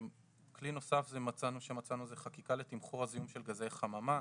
כלי נוסף שמצאנו זה חקיקה לתמחור הזיהום של גזי חממה.